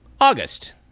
August